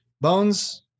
bones